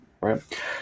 Right